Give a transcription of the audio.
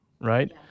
right